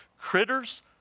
Critters